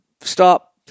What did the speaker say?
stop